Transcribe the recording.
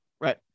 right